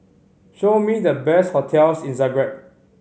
show me the best hotels in Zagreb